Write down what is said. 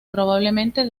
probablemente